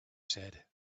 said